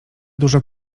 dużo